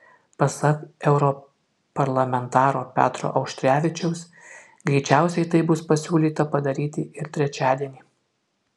pasak europarlamentaro petro auštrevičiaus greičiausiai tai bus pasiūlyta padaryti ir trečiadienį